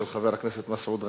של חבר הכנסת מסעוד גנאים: